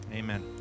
amen